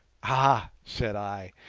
ah! said i.